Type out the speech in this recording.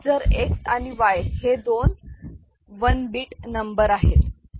जर X आणि Y हे दोन 1 बीट नंबर आहेत